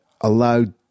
allowed